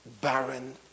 Barren